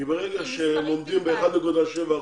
כי ברגע שהם עומדים ב-1.7%,